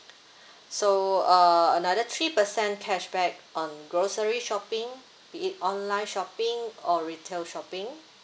so uh another three percent cashback on grocery shopping be it online shopping or retail shopping